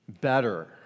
better